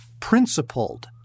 principled